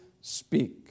speak